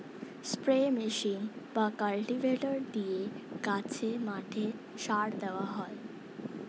spray machine বা cultivator দিয়ে গাছে, মাঠে সার দেওয়া হয়